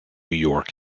york